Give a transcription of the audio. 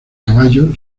caballo